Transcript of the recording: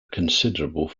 considerable